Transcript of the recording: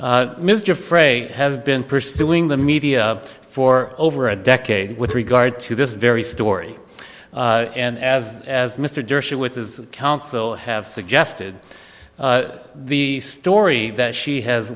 mr frey has been pursuing the media for over a decade with regard to this very story and as mr dershowitz is counsel have suggested the story that she has